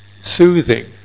soothing